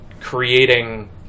creating